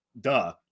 duh